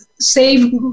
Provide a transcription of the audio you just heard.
save